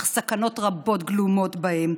אך סכנות רבות גלומות בהם,